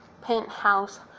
Penthouse